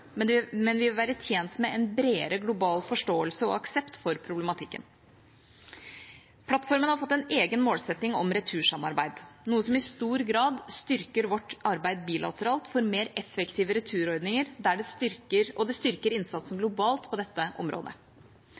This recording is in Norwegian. men vi vil være tjent med en bredere global forståelse og aksept for problematikken. Plattformen har fått en egen målsetting om retursamarbeid, noe som i stor grad styrker vårt arbeid bilateralt for mer effektive returordninger, og det styrker innsatsen globalt på dette området.